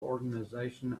organization